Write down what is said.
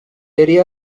area